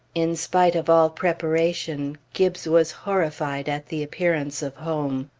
in spite of all preparation, gibbes was horrified at the appearance of home.